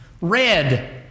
Red